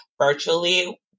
virtually